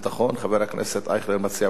חבר הכנסת אייכלר מציע ועדת החינוך,